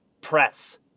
Press